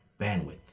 bandwidth